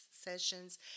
sessions